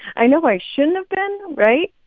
i know i shouldn't have been, right?